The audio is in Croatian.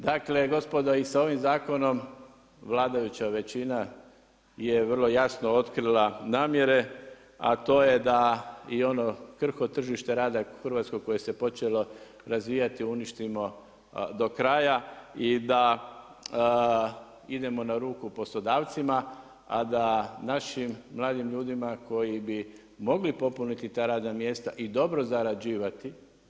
Dakle gospodo i sa ovim zakonom vladajuća većina je vrlo jasno otkrila namjere, a to je da i ono krhko tržište rada hrvatsko koje se počelo razvijati uništimo do kraja i da idemo na ruku poslodavcima, a da našim mladim ljudima koji bi mogli popuniti ta radna mjesta i dobro zarađivati.